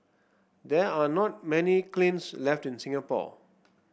there are not many cleans left in Singapore